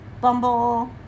Bumble